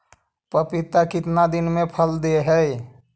पपीता कितना दिन मे फल दे हय?